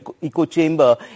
eco-chamber